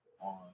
on